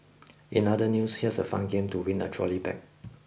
in other news here's a fun game to win a trolley bag